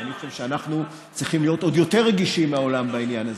אני חושב שאנחנו צריכים להיות עוד יותר רגישים מהעולם בעניין הזה,